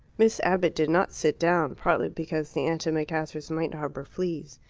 miss abbott did not sit down, partly because the antimacassars might harbour fleas,